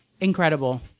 incredible